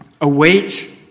await